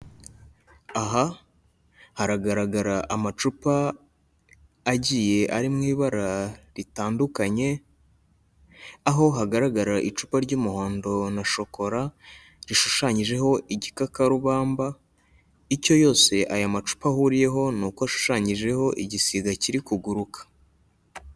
Aha haragaragara amacupa agiye ari mu ibara ritandukanye, aho hagaragarira icupa ry'umuhondo na shokora, rishushanyijeho igikakarubamba, icyo yose aya macupa ahuriyeho ni uko ashushanyijeho igisiga kiri kuguruka.